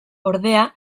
ordea